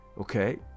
Okay